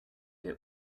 der